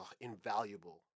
invaluable